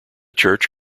church